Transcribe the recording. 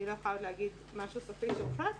לא יכולה עוד להגיד משהו סופי ומוחלט,